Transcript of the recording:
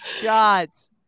shots